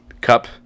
Cup